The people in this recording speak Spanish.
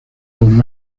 buenos